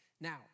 Now